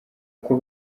uko